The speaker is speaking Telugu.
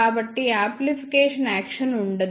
కాబట్టి యాంప్లిఫికేషన్ యాక్షన్ ఉండదు